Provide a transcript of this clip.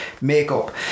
makeup